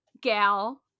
gal